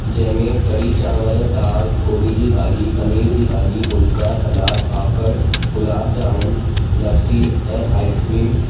जंहिं में कढ़ी चांवरु दाल गोभी जी भाॼी पनीर जी भाॼी फुलिका सलाद पापड़ गुलाब जामुन लसी ऐं आइस्क्रीम